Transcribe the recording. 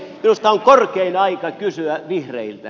minusta on korkein aika kysyä vihreiltä